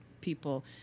people